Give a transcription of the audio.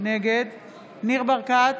נגד ניר ברקת,